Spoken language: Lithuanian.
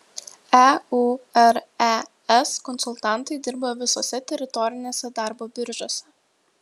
eures konsultantai dirba visose teritorinėse darbo biržose